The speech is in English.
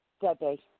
Debbie